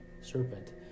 serpent